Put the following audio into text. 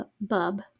Bub